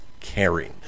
caring